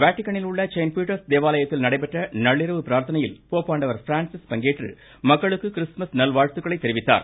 வாடிகனில் உள்ள Saint Peter's தேவாலயத்தில் நடைபெற்ற நள்ளிரவு பிரார்த்தனையில் போப்பாண்டவர் பிரான்ஸிஸ் பங்கேற்று மக்களுக்கு கிறிஸ்துமஸ் நல்வாழ்த்துக்களை தெரிவித்தார்